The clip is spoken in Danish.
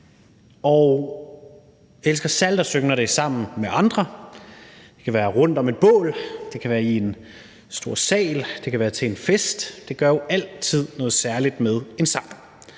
Og jeg elsker særlig at synge, når det er sammen med andre. Det kan være rundt om et bål, det kan være i en stor sal, det kan være til en fest. Det gør jo altid noget særligt, når